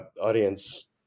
audience